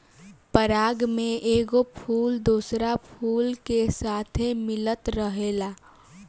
पराग में एगो फूल दोसरा फूल के साथे मिलत रहेला